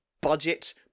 budget